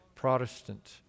Protestant